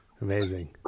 Amazing